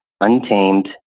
untamed